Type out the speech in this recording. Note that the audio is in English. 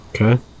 Okay